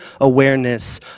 awareness